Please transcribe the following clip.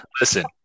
listen